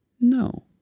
No